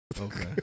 Okay